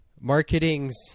marketing's